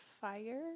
fire